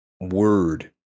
word